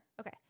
Okay